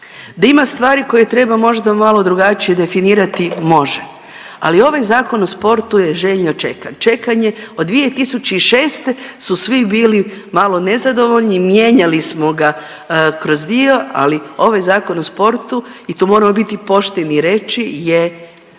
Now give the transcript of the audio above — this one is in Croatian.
da ima stvari koje treba možda malo drugačije definirati, može, ali ovaj Zakon o sportu je željno čekan, čekan je od 2006. su svi bili malo nezadovoljni. Mijenjali smo ga kroz dio, ali ovaj Zakon o sportu i tu moramo biti pošteni i reći je